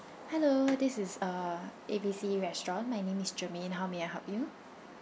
hello this is uh A B C restaurant my name is germaine how may I help you